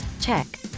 check